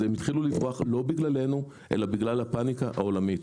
הם התחילו לברוח לא בגללנו אלא בגלל הפאניקה העולמית.